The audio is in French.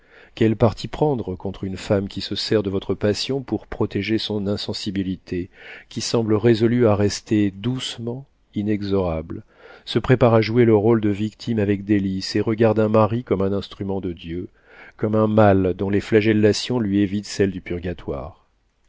quel parti prendre contre une femme qui se sert de votre passion pour protéger son insensibilité qui semble résolue à rester doucement inexorable se prépare à jouer le rôle de victime avec délices et regarde un mari comme un instrument de dieu comme un mal dont les flagellations lui évitent celles du purgatoire